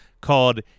called